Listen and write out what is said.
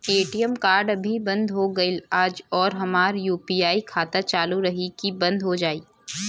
ATM card अभी बंद हो गईल आज और हमार यू.पी.आई खाता चालू रही की बन्द हो जाई?